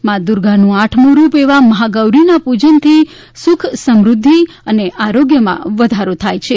માં દૂર્ગાનું આઠમું રૂપ એવા મહાગૌરીના પૂજનથી સુખ સમૃઘ્ઘિ અને આરોગ્યમાં વધારો થાય છે